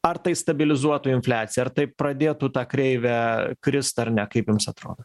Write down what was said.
ar tai stabilizuotų infliaciją ar tai pradėtų ta kreivė krist ar ne kaip jums atrodo